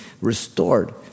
restored